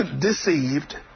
deceived